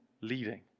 leading